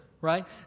right